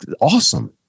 awesome